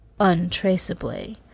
untraceably